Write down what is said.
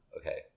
okay